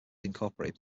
incorporated